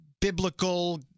biblical